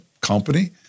company